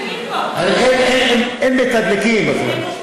אין מתדלקים בכלל.